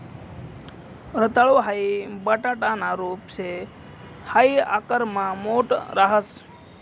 रताळू हाई बटाटाना रूप शे हाई आकारमा मोठ राहस